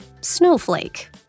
Snowflake